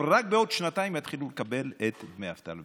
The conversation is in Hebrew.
ורק בעוד שנתיים הם יתחילו לקבל את דמי האבטלה.